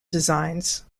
designs